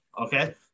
Okay